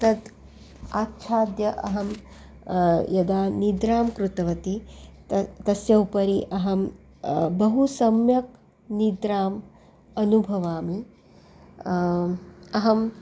तत् आच्छाद्य अहं यदा निद्रां कृतवती तस्य उपरि अहं बहु सम्यक् निद्राम् अनुभवामि अहं